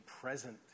present